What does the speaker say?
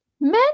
men